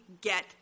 get